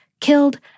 killed